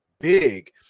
big